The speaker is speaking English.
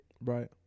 Right